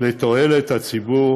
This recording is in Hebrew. לתועלת הציבור